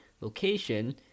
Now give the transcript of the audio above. location